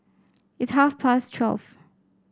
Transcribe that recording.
it's half past twelve